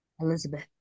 Elizabeth